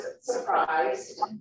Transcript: surprised